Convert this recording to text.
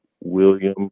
William